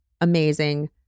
amazing